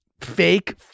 fake